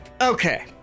Okay